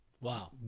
Wow